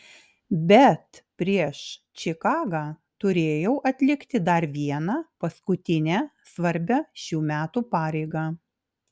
bet prieš čikagą turėjau atlikti dar vieną paskutinę svarbią šių metų pareigą